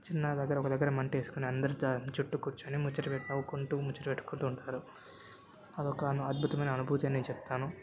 చిన్న దగ్గర ఒక దగ్గర మంటేసుకొని అందరూ జా చుట్టూ కూర్చోని ముచ్చట్లు పెట్టుకుంటూ నవ్వుకుంటూ ముచ్చట్లు పెట్టుకుంటూ ఉంటారు అదొక అను అద్భుతమైన అనుభూతని చెప్తాను